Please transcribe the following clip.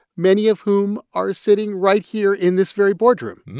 many of whom are sitting right here in this very boardroom?